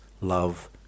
love